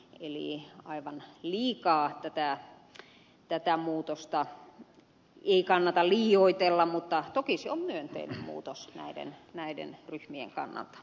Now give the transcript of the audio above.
eli aivan liikaa tätä muutosta ei kannata liioitella mutta toki se on myönteinen muutos näiden ryhmien kannalta